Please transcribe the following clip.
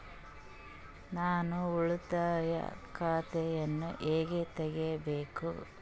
ನಾನು ಉಳಿತಾಯ ಖಾತೆಯನ್ನು ಹೆಂಗ್ ತಗಿಬೇಕು?